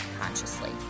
consciously